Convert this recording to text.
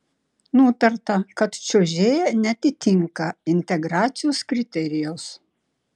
nutarta kad čiuožėja neatitinka integracijos kriterijaus